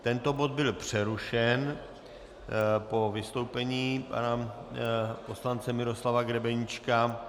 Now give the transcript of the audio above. Tento bod byl přerušen po vystoupení pana poslance Miroslava Grebeníčka.